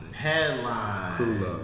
Headline